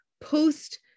post